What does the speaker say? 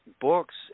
books